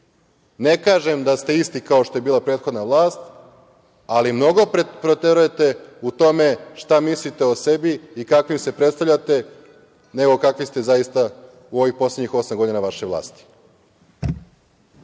Ne kažem da ste isti kao što je bila prethodna vlast, ali mnogo preterujete u tome šta mislite o sebi i kakvim se predstavljate, nego kakvi ste zaista u ovih poslednjih osam godina vaše vlasti.